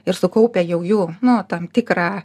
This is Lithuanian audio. ir sukaupę jau jų nu tam tikrą